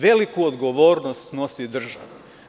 Veliku odgovornost snosi država.